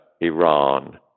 Iran